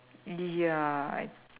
ya I